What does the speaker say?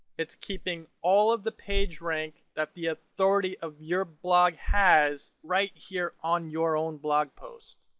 it's keeping all of the page rank that the authority of your blog has right here on your own blog posts.